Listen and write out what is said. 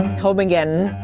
home again.